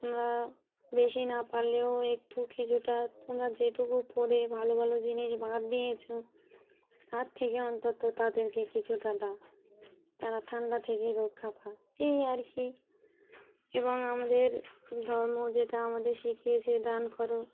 তোমরা বেশি না পারলেও একটু কিছুটা তোমরা যেটুকু পরে ভালো ভালো জিনিস বাঁধ দিয়েছো তার থেকে অন্তত তাদেরকে কিছুটা দাও তারা ঠান্ডা থেকেই রক্ষা পায় এই আর কি এবং আমাদের ধর্ম যেটা আমাদের শিখিয়েছে দান করো